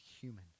human